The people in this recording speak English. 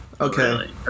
Okay